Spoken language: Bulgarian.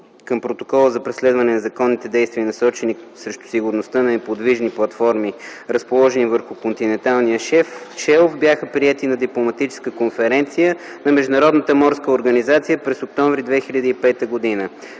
към Протокола за преследване на незаконните действия, насочени срещу сигурността на неподвижни платформи, разположени върху континенталния шелф, бяха приети на Дипломатическа конференция на Международната морска организация през м. октомври 2005 г.